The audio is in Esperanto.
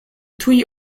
tuj